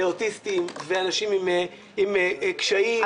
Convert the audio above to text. יותר לאוטיסטים ואנשים עם קשיים במעונות.